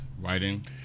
writing